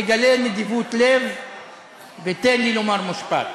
תגלה נדיבות לב ותן לי לומר משפט.